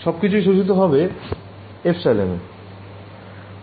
সবকিছুই শোষিত হবে ε তে